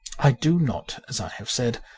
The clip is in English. i do not, as i have said,